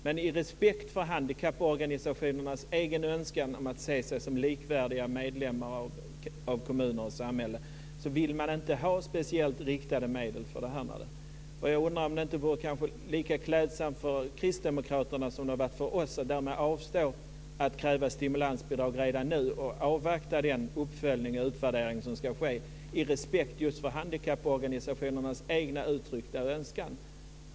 Men vi har respekt för handikapporganisationernas egen önskan om att få se de handikappade som likvärdiga medborgare i kommunerna och i samhället och att man inte vill ha speciellt riktade medel för det här. Jag undrar om det kanske inte vore lika klädsamt för kristdemokraterna som det var för oss att avstå från att kräva stimulansbidrag redan nu och avvakta den uppföljning och utvärdering som ska ske av respekt just för handikapporganisationernas egen uttryckta önskan.